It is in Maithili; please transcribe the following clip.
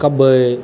कबै